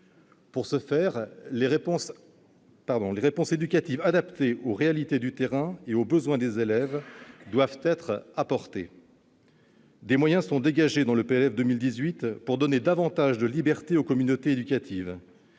Pour ce faire, des réponses éducatives adaptées aux réalités du terrain et aux besoins des élèves doivent être apportées. Des moyens sont dégagés dans le projet de loi de finances pour 2018 pour donner davantage de libertés aux communautés éducatives,